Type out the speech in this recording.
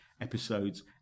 episodes